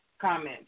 comment